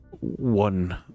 one